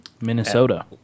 Minnesota